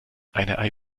eine